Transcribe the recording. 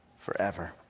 forever